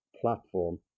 platform